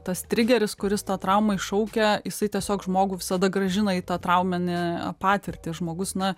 tas trigeris kuris tą traumą iššaukia jisai tiesiog žmogų visada grąžina į tą trauminį patirtį žmogus na